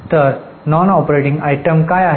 तर न operating item काय आहेत